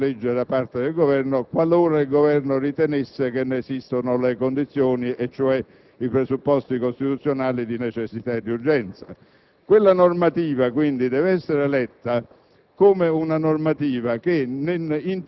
la presentazione di un decreto-legge da parte del Governo, qualora questo ritenesse che ne esistono le condizioni, e cioè i presupposti costituzionali di necessità e di urgenza. Quella normativa, quindi, deve essere letta